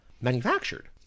manufactured